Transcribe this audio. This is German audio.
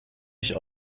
ich